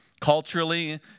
culturally